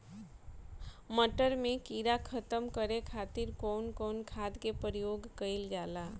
मटर में कीड़ा खत्म करे खातीर कउन कउन खाद के प्रयोग कईल जाला?